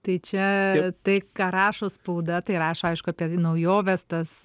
tai čia tai ką rašo spauda tai rašo aišku apie naujoves tas